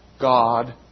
God